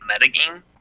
metagame